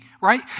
right